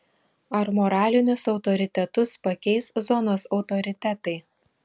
ar moralinius autoritetus pakeis zonos autoritetai